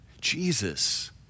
Jesus